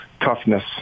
toughness